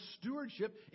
stewardship